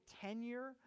tenure